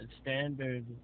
standard